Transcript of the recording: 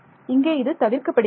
இங்கே இது தவிர்க்கப்படுகிறது